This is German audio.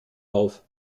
auf